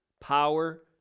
power